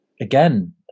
again